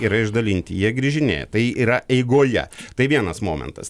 yra išdalinti jie grįžinėja tai yra eigoje tai vienas momentas